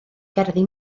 gerddi